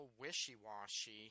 wishy-washy